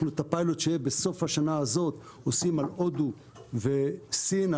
את הפיילוט שיהיה בסוף השנה הזאת עושים על הודו ועל סין,